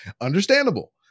understandable